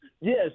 Yes